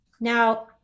Now